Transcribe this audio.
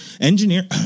engineer